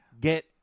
get